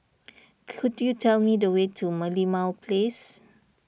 could you tell me the way to Merlimau Place